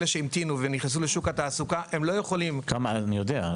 אלה שהמתינו ונכנסו לשוק התעסוקה לא יכולים --- אני יודע.